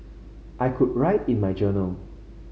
I could write in my journal